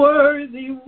Worthy